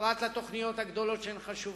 פרט לתוכניות הגדולות שהן חשובות,